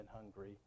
hungry